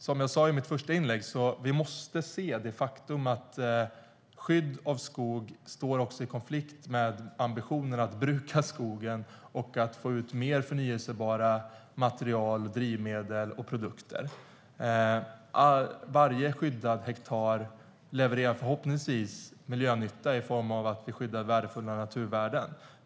Som jag sa i mitt första inlägg: Vi måste se det faktum att skydd av skog står i konflikt med ambitionen att bruka skogen och få ut mer förnybara material, drivmedel och produkter. Varje skyddad hektar levererar förhoppningsvis miljönytta i form av att vi skyddar värdefulla naturvärden.